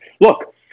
Look